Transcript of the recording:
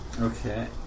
Okay